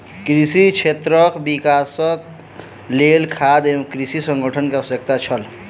कृषि क्षेत्रक विकासक लेल खाद्य एवं कृषि संगठन के आवश्यकता छल